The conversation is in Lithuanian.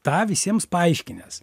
tą visiems paaiškinęs